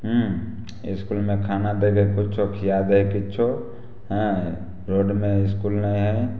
इसकुलमे खाना दै हइ किछु खिआइ दै हइ किछु हँ रोडमे इसकुल नहि हइ